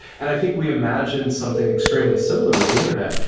and i think we imagine something extremely similar with the internet.